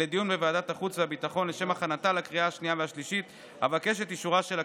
ובוועדה המיוחדת לחיזוק ופיתוח הנגב והגליל יכהנו חברי